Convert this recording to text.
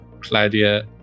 Claudia